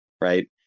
right